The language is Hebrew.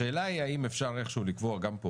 השאלה היא האם אפשר איכשהו לקבוע גם פה